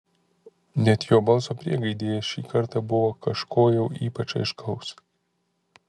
net jo balso priegaidėje šį kartą buvo kažko jau ypač aiškaus